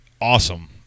awesome